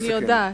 אני יודעת,